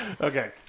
okay